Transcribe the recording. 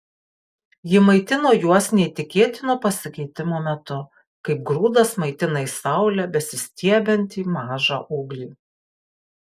ji maitino juos neįtikėtino pasikeitimo metu kaip grūdas maitina į saulę besistiebiantį mažą ūglį